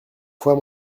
fois